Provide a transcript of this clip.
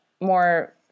more